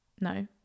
No